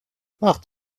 macht